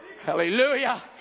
Hallelujah